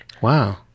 Wow